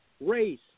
race